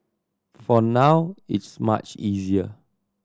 for now it's much easier